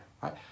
right